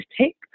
take